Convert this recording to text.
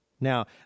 Now